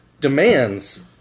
demands